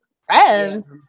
friends